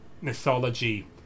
mythology